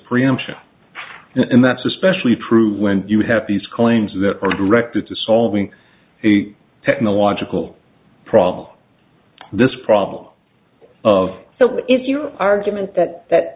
preemption and that's especially true when you have these claims that are directed to solving a technological problem this problem of so if your argument that that